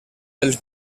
per